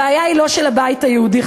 הבעיה היא לא של הבית היהודי,